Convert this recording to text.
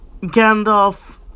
Gandalf